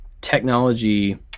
technology